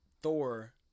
Thor